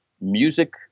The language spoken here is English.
music